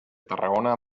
tarragona